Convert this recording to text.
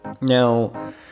now